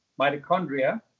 mitochondria